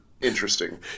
interesting